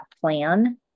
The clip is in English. plan